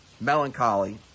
melancholy